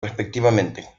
respectivamente